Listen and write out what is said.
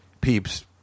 Peeps